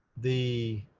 the,